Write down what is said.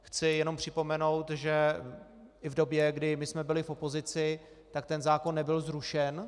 Chci jenom připomenout, že i v době, kdy jsme byli v opozici, tak ten zákon nebyl zrušen.